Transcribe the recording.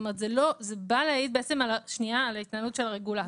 זה בא להעיד על ההתנהלות של הרגולטור.